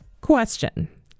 Question